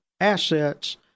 assets